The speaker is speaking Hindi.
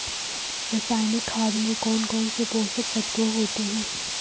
रासायनिक खाद में कौन कौन से पोषक तत्व होते हैं?